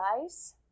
guys